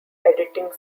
editing